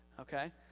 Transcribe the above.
okay